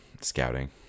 Scouting